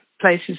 places